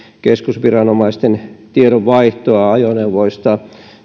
keskusviranomaisten tiedonvaihtoa ajoneuvoista